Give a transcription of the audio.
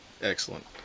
Excellent